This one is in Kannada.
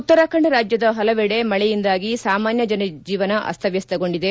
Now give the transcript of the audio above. ಉತ್ತರಾಖಂಡ್ ರಾಜ್ಲದ ಹಲವೆಡೆ ಮಳೆಯಿಂದಾಗಿ ಸಾಮನ್ಯ ಜನಜೀವನ ಅಸ್ತವ್ಯಸ್ತಗೊಂಡಿದೆ